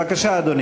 בבקשה, אדוני.